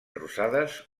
rosades